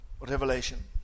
Revelation